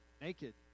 naked